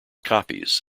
copies